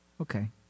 okay